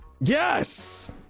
Yes